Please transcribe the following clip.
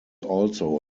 also